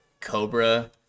cobra